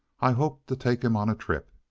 i hoped to take him on a trip.